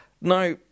Now